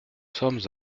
sommes